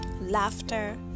laughter